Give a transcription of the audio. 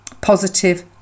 positive